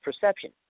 perception